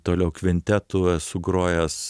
toliau kvintetu esu grojęs